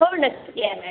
हो नक्की या मॅडम